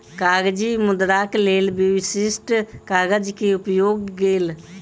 कागजी मुद्राक लेल विशिष्ठ कागज के उपयोग गेल